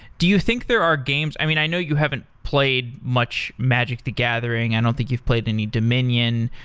do you think there are games i mean i know you haven't played much magic the gathering. i don't think you've played any dominion,